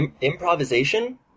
Improvisation